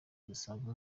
zisanga